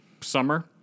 summer